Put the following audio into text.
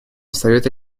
совета